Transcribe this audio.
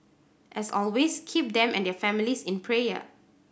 as always keep them and their families in prayer